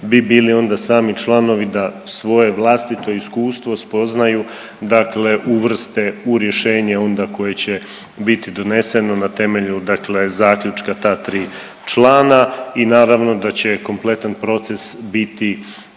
bi bili onda sami članovi da svoje vlastito iskustvo spoznaju dakle uvrste u rješenje onda koje će biti doneseno na temelju dakle zaključka ta tri člana. I naravno da će kompletan proces biti